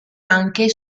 anche